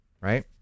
Right